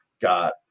got